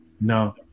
No